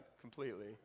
completely